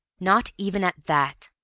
not even at that,